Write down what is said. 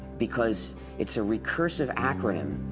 because it's a recursive acronym.